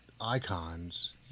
icons